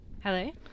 hello